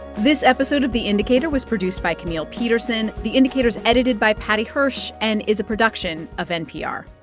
this episode of the indicator was produced by camille petersen. the indicator's edited by paddy hirsch and is a production of npr